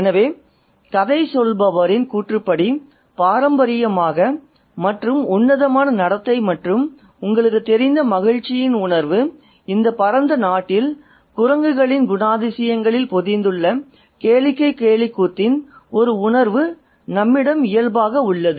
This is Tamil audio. எனவே கதைச் சொல்பவரின் கூற்றுப்படி பாரம்பரியமாக மற்றும் உன்னதமான நடத்தை மற்றும் உங்களுக்குத் தெரிந்த மகிழ்ச்சியின் உணர்வு இந்த பரந்த நாட்டில் குரங்குகளின் குணாதிசயங்களில் பொதிந்துள்ள கேளிக்கை கேலிக்கூத்தலின் ஒரு உணர்வு நம்மிடம் இயல்பாக உள்ளது